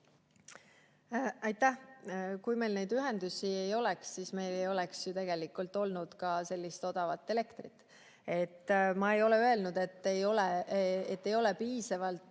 Aitäh! Kui meil neid ühendusi ei oleks, siis meil ei oleks ju tegelikult olnud ka sellist odavat elektrit. Ma ei ole öelnud, et meil ei ole piisavalt